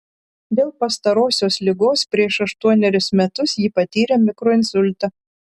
dėl pastarosios ligos prieš aštuonerius metus ji patyrė mikroinsultą